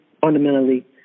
fundamentally